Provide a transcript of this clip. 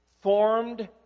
formed